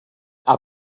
are